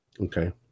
Okay